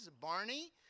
Barney